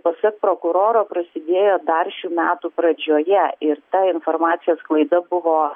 pasak prokuroro prasidėjo dar šių metų pradžioje ir ta informacijos sklaida buvo